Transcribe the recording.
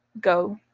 go